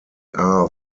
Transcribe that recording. are